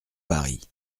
paris